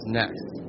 next